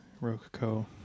Rococo